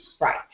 Right